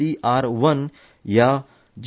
T R one ह्या जि